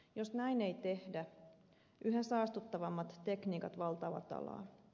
jos näin ei tehdä yhä saastuttavammat tekniikat valtaavat alaa